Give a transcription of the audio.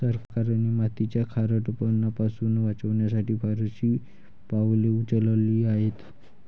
सरकारने मातीचा खारटपणा पासून वाचवण्यासाठी फारशी पावले उचलली आहेत